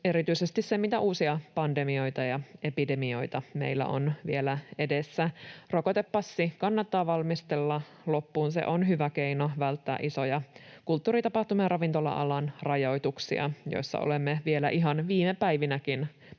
erityisesti, mitä uusia pandemioita ja epidemioita meillä on vielä edessä. Rokotepassi kannattaa valmistella loppuun. Se on hyvä keino välttää isoja kulttuuri-, tapahtuma- ja ravintola-alan rajoituksia, joissa olemme vielä ihan viime päivinäkin paikoitellen